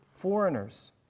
foreigners